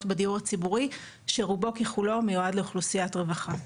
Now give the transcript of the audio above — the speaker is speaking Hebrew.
בדיור הציבורי שרובו ככולו מיועד לאוכלוסיית רווחה.